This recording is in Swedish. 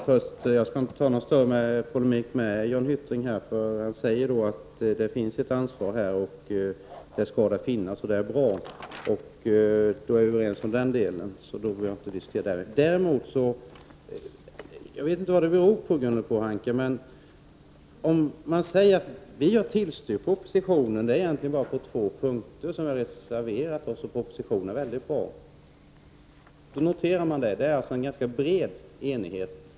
Fru talman! Jag skall inte gå in i någon större polemik med Jan Hyttring. Han säger att det finns ett ansvar och att det skall finnas. Det är bra, för då är vi överens. Ragnhild Pohanka säger att miljöpartiet har tillstyrkt propositionen utom på två punkter, där man har reserverat sig. Jag noterar detta. Det är bra. Det innebär att det finns en ganska bred enighet.